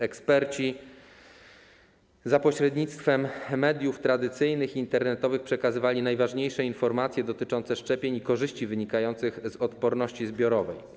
Eksperci za pośrednictwem mediów tradycyjnych i internetowych przekazywali najważniejsze informacje dotyczące szczepień i korzyści wynikających z odporności zbiorowej.